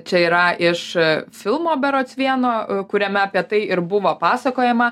čia yra iš filmo berods vieno kuriame apie tai ir buvo pasakojama